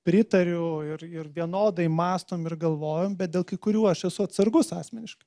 pritariu ir ir vienodai mąstom ir galvojam bet dėl kai kurių aš esu atsargus asmeniškai